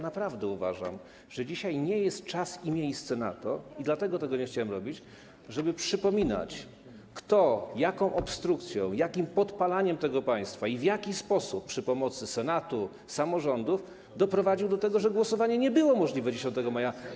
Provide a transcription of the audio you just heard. Naprawdę uważam, że dzisiaj nie jest czas i miejsce na to - i dlatego tego nie chciałem robić - żeby przypominać, kto jaką obstrukcją, jakim podpalaniem tego państwa i w jaki sposób, przy pomocy Senatu, samorządów, doprowadził do tego, że głosowanie w dniu 10 maja nie było możliwe.